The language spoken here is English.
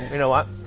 you know what?